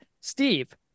Steve